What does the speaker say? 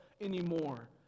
anymore